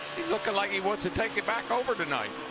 he is looking like he wants to take it back over tonight.